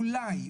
אולי,